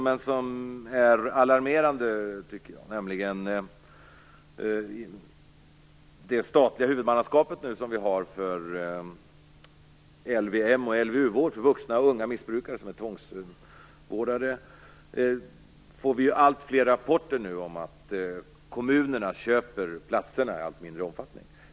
Det som är alarmerande är det statliga huvudmannaskapet för LVM och LVU-hem, där det bedrivs vård av unga och vuxna missbrukare som är tvångsomhändertagna. Det kommer nu allt fler rapporter om att kommunerna köper platser i mindre omfattning.